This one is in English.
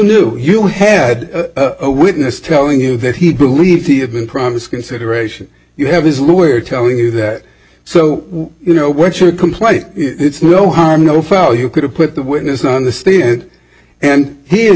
knew you had a witness telling him that he believed he had been promised consideration you have his lawyer telling you that so you know what you're complaining it's no harm no foul you could have put the witness on the stand and he